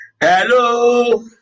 Hello